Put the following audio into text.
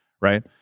Right